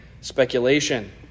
speculation